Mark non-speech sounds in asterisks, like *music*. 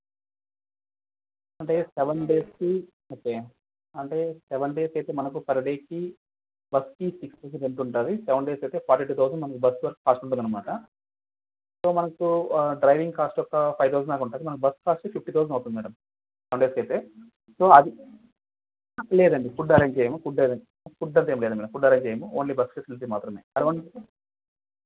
అంటే సెవెన్ డేస్కి ఓకే అంటే సెవెన్ డేస్కి అయితే మనకి పర్ డేకి బస్కి *unintelligible* seven days forty two thousand అనమాట వరకు బస్ అయితే పాజిబుల్ అన్నమాట సో మనకు డ్రైవింగ్ కాస్ట్ ఒక ఫైవ్ తౌజెండ్ దాకా ఉంటుంది మనకి బస్ కాస్ట్కి ఫిఫ్టీ తౌసండ్ అవుతుంది మేడం సెవెన్ డేస్కైతే సో లేదండి ఫుడ్ అరేంజ్ చేయము ఫుడ్ అంత ఏం లేదు ఫుడ్ అరేంజ్ చేయము ఓన్లీ బస్ ఫెసిలిటీస్ మాత్రమే *unintelligible*